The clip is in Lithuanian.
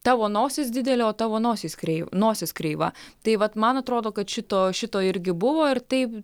tavo nosis didelė o tavo nosis krei nosis kreiva tai vat man atrodo kad šito šito irgi buvo ir tai